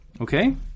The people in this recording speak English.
Okay